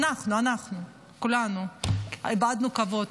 אנחנו כולנו איבדנו את הכבוד.